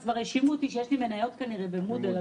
אז כבר האשימו אותי שיש לי מניות כנראה ב-Moodle.